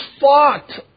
fought